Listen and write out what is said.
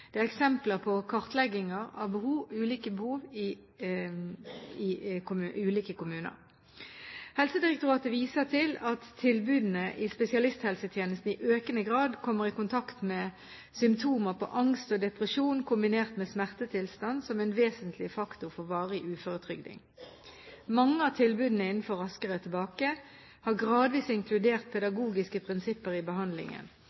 Det er eksempler på kartlegginger av ulike behov i ulike kommuner. Helsedirektoratet viser til at tilbudene i spesialisthelsetjenesten i økende grad kommer i kontakt med symptomer på angst og depresjon kombinert med smertetilstand som en vesentlig faktor for varig uføretrygding. Mange av tilbudene innenfor Raskere tilbake har gradvis inkludert pedagogiske prinsipper i behandlingen.